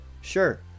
Sure